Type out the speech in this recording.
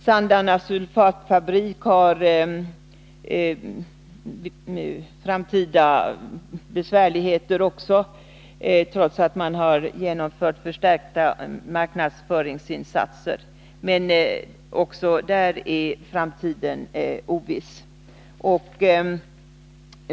Sandarnes sulfatfabrik har också framtidsbesvärligheter, trots att man genomfört förstärkta marknadsföringsinsatser. Men även här är alltså framtiden oviss.